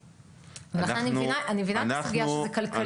אני מבינה את הסוגייה שזה כלכלי.